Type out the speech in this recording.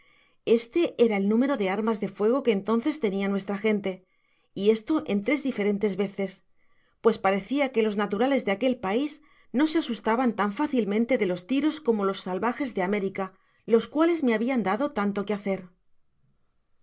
asesinados en el mismo momento percibimos la detonacion de cinco mosquetazos este era el número de armas de fuego que entonces tenia nuestra gente y esto en tres diferentes veces pues parecía que los naturales de aquel pais no se asustaban tan fácilmente de los tiros como ios salvajes de américa los cuales me habian dado tanto que hace